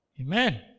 Amen